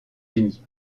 unis